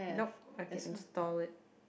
nope I can install it